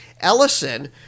Ellison